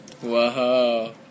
Whoa